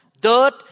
dirt